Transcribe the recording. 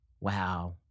Wow